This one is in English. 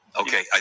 okay